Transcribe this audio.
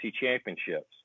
championships